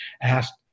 asked